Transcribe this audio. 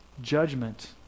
Judgment